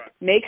make